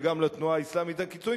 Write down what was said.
וגם לתנועה האסלאמית הקיצונית.